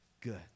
good